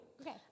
Okay